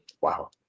wow